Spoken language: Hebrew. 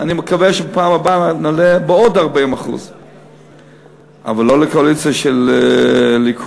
ואני מקווה שבפעם הבאה נעלה בעוד 40%. אבל לא לקואליציה של ליכוד,